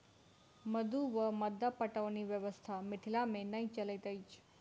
मद्दु वा मद्दा पटौनी व्यवस्था मिथिला मे नै चलैत अछि